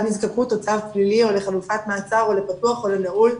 נזקקות או צו פלילי או לחלופת מעצר או לפתוח או לנעול,